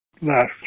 last